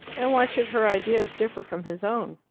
and why should her ideas differ from his own?